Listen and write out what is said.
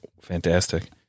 fantastic